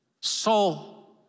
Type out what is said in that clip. soul